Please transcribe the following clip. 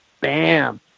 bam